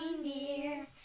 reindeer